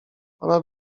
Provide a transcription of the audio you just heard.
ona